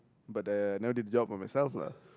but uh I never did the job for myself lah